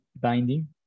binding